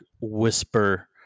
whisper